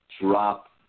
drop